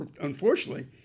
unfortunately